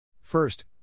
First